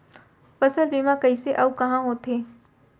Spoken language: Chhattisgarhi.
फसल बीमा कइसे अऊ कहाँ होथे?